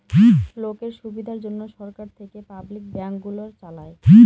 লোকের সুবিধার জন্যে সরকার থেকে পাবলিক ব্যাঙ্ক গুলো চালায়